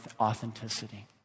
authenticity